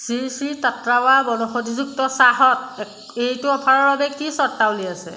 শ্ৰী শ্ৰী টাট্টাৱা বনৌষধিযুক্ত চাহত এইটো অফাৰৰ বাবে কি চৰ্তাৱলী আছে